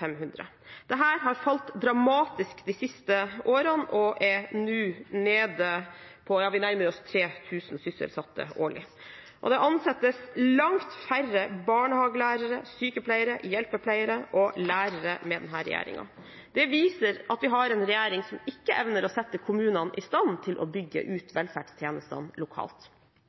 500. Dette har falt dramatisk de siste årene og er nå nede på – ja vi nærmer oss 3 000 sysselsatte årlig. Det ansettes langt færre barnehagelærere, sykepleiere, hjelpepleiere og lærere under denne regjeringen. Det viser at vi har en regjering som ikke evner å sette kommunene i stand til å bygge ut velferdstjenestene lokalt.